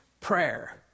prayer